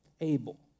able